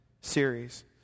series